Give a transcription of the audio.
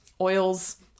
oils